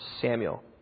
Samuel